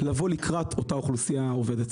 לבוא לקראת אותה אוכלוסייה עובדת.